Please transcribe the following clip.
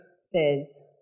says